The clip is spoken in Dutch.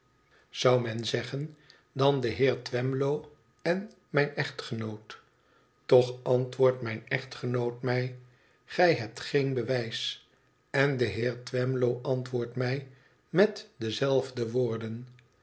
zou men zeggen dan de heer twemlow en mijn echtgenoot toch antwoordt mijn echtgenoot mij gij hebt geen bewijs en de heer twemlow antwoordt mij met dezelfde woorden